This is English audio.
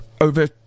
over